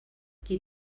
qui